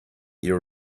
your